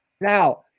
Now